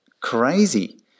crazy